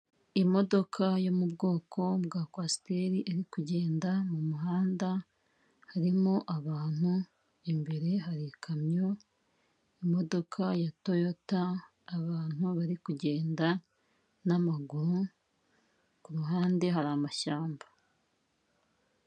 Imodoka yo mu bwoko bwa kwasiteri, iri kugenda mu muhanda harimo abantu, imbere hari ikamyo, imodoka ya Toyota, abantu bari kugenda n'amaguru, ku ruhande hari amashyamba.